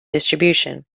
distribution